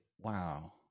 wow